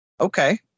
Okay